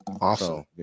Awesome